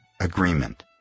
agreement